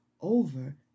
over